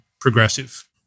progressive